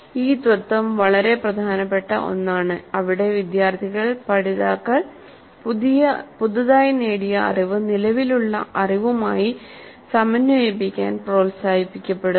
അതിനാൽ ഈ തത്ത്വം വളരെ പ്രധാനപ്പെട്ട ഒന്നാണ് അവിടെ വിദ്യാർത്ഥികൾ പഠിതാക്കൾ പുതുതായി നേടിയ അറിവ് നിലവിലുള്ള അറിവുമായി സമന്വയിപ്പിക്കാൻ പ്രോത്സാഹിപ്പിക്കപ്പെടുന്നു